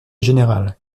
général